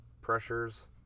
pressures